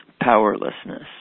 Powerlessness